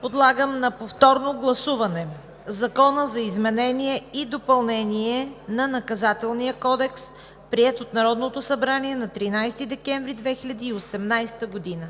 Подлагам на повторно гласуване Закона за изменение и допълнение на Наказателния кодекс, приет от Народното събрание на 13 декември 2018 г.